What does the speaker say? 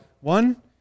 One